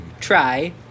Try